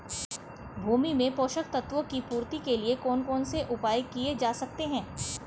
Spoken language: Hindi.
भूमि में पोषक तत्वों की पूर्ति के लिए कौन कौन से उपाय किए जा सकते हैं?